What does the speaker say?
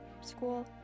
school